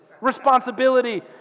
responsibility